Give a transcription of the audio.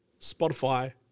Spotify